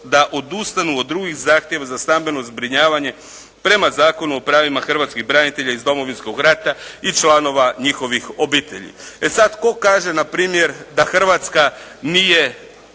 da odustanu od drugih zahtjeva za stambeno zbrinjavanje prema Zakonu o pravima hrvatskih branitelja iz Domovinskog rata i članova njihovih obitelji. E sada, tko kaže npr. da Hrvatska nije